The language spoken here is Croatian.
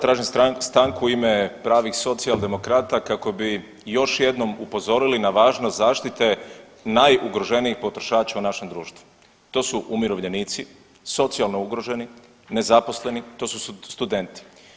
Tražim stanku u ime pravih socijaldemokrata kako bi još jednom upozorili na važnost zaštite najugroženijih potrošača u našem društvu, to su umirovljenici, socijalno ugroženi, nezaposleni, to su studenti.